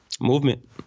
Movement